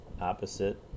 opposite